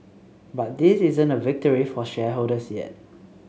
but this isn't a victory for shareholders yet